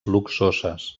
luxoses